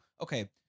okay